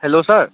hello sir